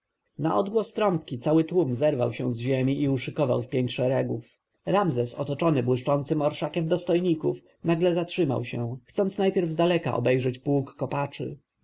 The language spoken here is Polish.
na odgłos trąbki cały tłum zerwał się z ziemi i uszykował w pięć szeregów ramzes otoczony błyszczącym orszakiem dostojników nagle zatrzymał się chcąc najpierwej zdaleka obejrzeć pułk kopaczy